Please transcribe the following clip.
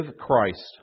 Christ